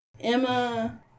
Emma